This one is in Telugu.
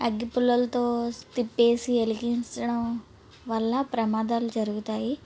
అగ్గిపుల్లలతో తిప్పేసి వెలిగించడం వల్ల ప్రమాదాలు జరుగుతాయి